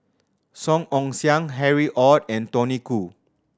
Song Ong Siang Harry Ord and Tony Khoo